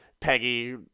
peggy